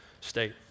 state